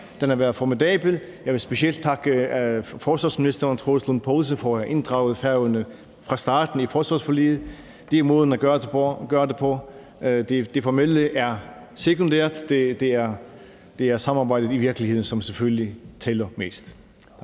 Den har været formidabel. Jeg vil specielt takke forsvarsministeren, Troels Lund Poulsen, for at have inddraget Færøerne fra starten i forsvarsforliget. Det er måden at gøre det på. Det formelle er sekundært; det er i virkeligheden samarbejdet, som selvfølgelig tæller mest.